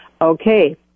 Okay